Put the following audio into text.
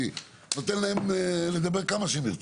אני אתן להם לדבר כמה שהם ירצו.